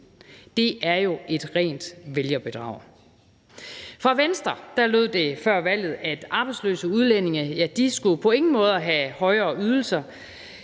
Det er jo et rent vælgerbedrag. Fra Venstre lød det før valget, at arbejdsløse udlændinge på ingen måde skulle have højere ydelser,